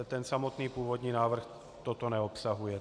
Ten samotný původní návrh toto neobsahuje.